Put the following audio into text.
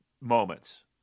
moments